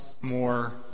more